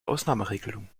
ausnahmeregelung